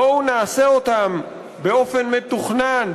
בואו נעשה אותם באופן מתוכנן,